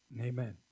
Amen